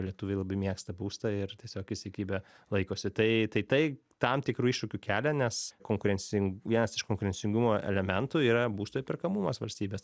lietuviai labai mėgsta būstą ir tiesiog įsikibę laikosi tai tai tai tam tikrų iššūkių kelia nes konkurencin vienas iš konkurencingumo elementų yra būsto įperkamumas valstybės